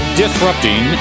disrupting